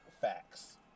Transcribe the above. facts